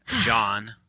John